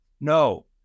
No